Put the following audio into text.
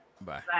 Bye